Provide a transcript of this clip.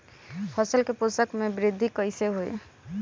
फसल के पोषक में वृद्धि कइसे होई?